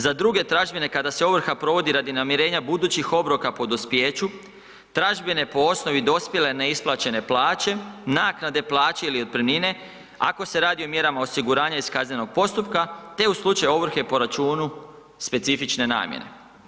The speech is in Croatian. Za druge tražbine kako se ovrha provodi radi namirenja budućih obroka po dospijeću, tražbine po osnovi dospjele neisplaćene plaće, naknade plaće ili otpremnine, ako se radi o mjerama osiguranja iz kaznenog postupka te u slučaju ovrhe po računu specifične namjene.